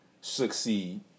succeed